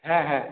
হ্যাঁ হ্যাঁ